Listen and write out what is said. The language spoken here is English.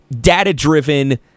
data-driven